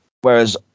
whereas